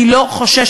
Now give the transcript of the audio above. אני לא חוששת,